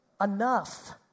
enough